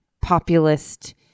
populist